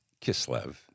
Kislev